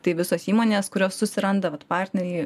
tai visos įmonės kurios susiranda vat partneriai